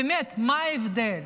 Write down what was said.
באמת, מה ההבדל?